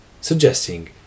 suggesting